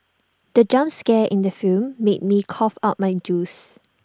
the jump scare in the film made me cough out my juice